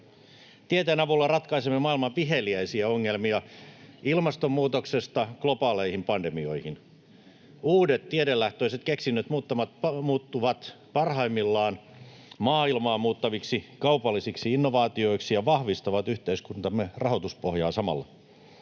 Tieteen avulla ratkaisemme maailman viheliäisiä ongelmia ilmastonmuutoksesta globaaleihin pandemioihin. Uudet tiedelähtöiset keksinnöt muuttuvat parhaimmillaan maailmaa muuttaviksi kaupallisiksi innovaatioiksi ja vahvistavat yhteiskuntamme rahoituspohjaa samalla.